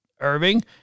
Irving